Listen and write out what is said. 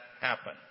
happen